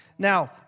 Now